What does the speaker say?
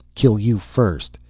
kill you first.